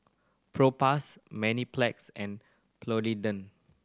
Propass Mepilex and Polident